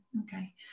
okay